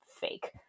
fake